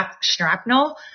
shrapnel